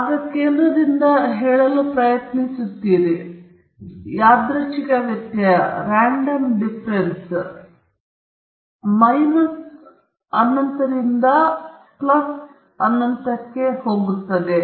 ನಾನು ಸೆಂಟರ್ನಿಂದ ಹೇಳಲು ಪ್ರಯತ್ನಿಸುತ್ತಿದ್ದೇನೆ ಯಾದೃಚ್ಛಿಕ ವ್ಯತ್ಯಯ X ಮೈನಸ್ ಅನಂತದಿಂದ ಪ್ಲಸ್ ಅನಂತಕ್ಕೆ ಹೋಗುತ್ತದೆ ಕೆಲವು ಸಮ್ಮಿತೀಯ ವಿತರಣೆಗಳಲ್ಲಿ ಸರಾಸರಿ 0 ಆಗಿರುತ್ತದೆ ಆದರೆ ಕೆಲವು ಇತರ ಸಂದರ್ಭಗಳಲ್ಲಿ ಅದು ಕರ್ಣೀಯ ಸ್ವಭಾವವನ್ನು ಅವಲಂಬಿಸಿ ಮೈನಸ್ 5 ಅಥವಾ ಪ್ಲಸ್ 10 ಆಗಿರಬಹುದು